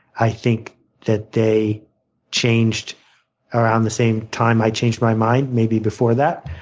i think that they changed around the same time i changed my mind maybe before that.